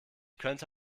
könnte